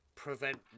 prevent